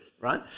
right